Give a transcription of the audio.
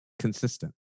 Consistent